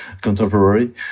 contemporary